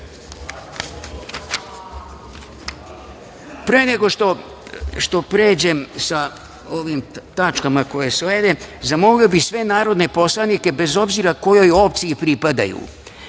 nego što pređem sa ovim tačkama koje slede, zamolio bih sve narodne poslanike, bez obzira kojoj opciji pripadaju,